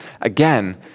again